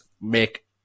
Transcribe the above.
Make